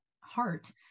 heart